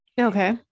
Okay